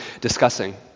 discussing